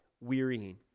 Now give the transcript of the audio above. wearying